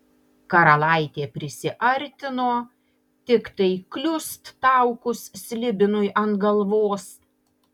karalaitė prisiartino tiktai kliust taukus slibinui ant galvos